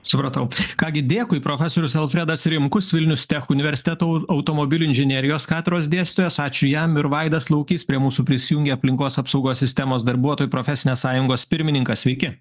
supratau ką gi dėkui profesorius alfredas rimkus vilnius tech universiteto au automobilių inžinerijos katedros dėstytojas ačiū jam ir vaidas laukys prie mūsų prisijungia aplinkos apsaugos sistemos darbuotojų profesinės sąjungos pirmininkas sveiki